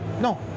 No